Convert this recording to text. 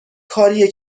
کاری